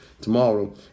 tomorrow